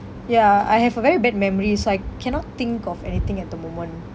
ya I have a very bad memory so I cannot think of anything at the moment